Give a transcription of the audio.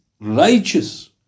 righteous